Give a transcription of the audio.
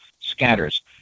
scatters